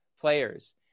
players